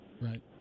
Right